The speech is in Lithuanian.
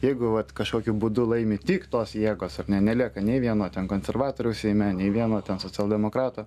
jeigu vat kažkokiu būdu laimi tik tos jėgos ar ne nelieka nei vieno ten konservatoriaus seime nei vieno ten socialdemokrato